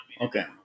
Okay